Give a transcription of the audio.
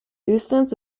eustace